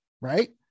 right